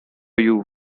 you